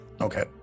Okay